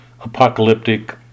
apocalyptic